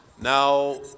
Now